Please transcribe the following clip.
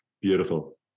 Beautiful